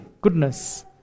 goodness